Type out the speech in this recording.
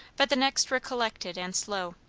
but the next were collected and slow.